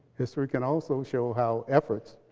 history can also show how efforts,